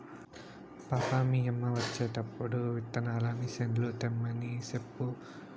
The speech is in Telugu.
పాపా, మీ యమ్మ వచ్చేటప్పుడు విత్తనాల మిసన్లు తెమ్మని సెప్పు